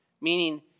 meaning